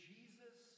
Jesus